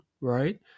right